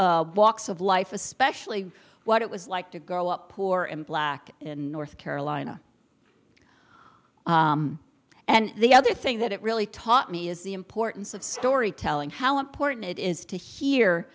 walks of life especially what it was like to grow up poor and black in north carolina and the other thing that it really taught me is the importance of storytelling how important it is to he